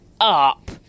Up